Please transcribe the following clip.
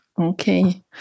Okay